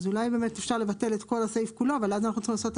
אפשר לבטל את הסעיף כולו ואז לעשות את